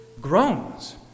groans